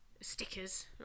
stickers